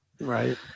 Right